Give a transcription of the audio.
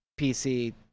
PC